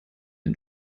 den